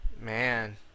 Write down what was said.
Man